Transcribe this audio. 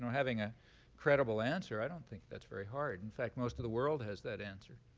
having a credible answer, i don't think that's very hard. in fact, most of the world has that answer.